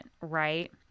Right